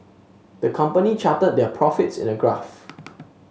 the company charted their profits in a graph